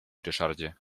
ryszardzie